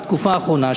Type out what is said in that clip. בתקופה האחרונה,